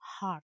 heart